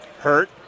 Hurt